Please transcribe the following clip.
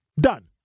Done